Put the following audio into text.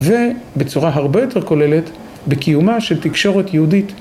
ובצורה הרבה יותר כוללת, בקיומה של תקשורת יהודית.